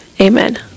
Amen